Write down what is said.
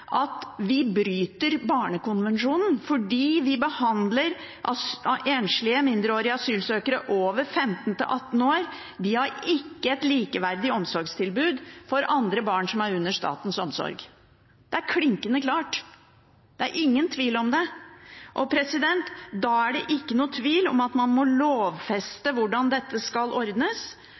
at vi bryter barnekonvensjonen fordi vi behandler enslige mindreårige asylsøkere mellom 15 og 18 år slik at de ikke har et likeverdig omsorgstilbud som andre barn som er under statens omsorg. Det er klinkende klart. Det er ingen tvil om det. Da er det ikke noe tvil om at man må lovfeste hvordan dette skal ordnes,